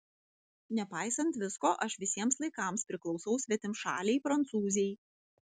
nepaisant visko aš visiems laikams priklausau svetimšalei prancūzei